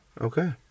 Okay